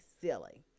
silly